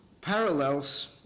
parallels